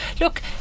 look